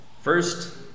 First